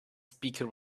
speaker